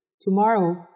Tomorrow